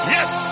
Yes